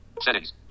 Settings